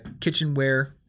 kitchenware